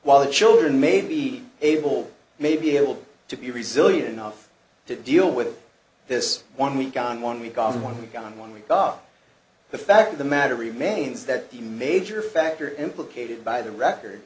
while the children may be able maybe able to be resilient enough to deal with this one week on one week on one week on one week off the fact of the matter remains that the major factor implicated by the record